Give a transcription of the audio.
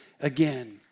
again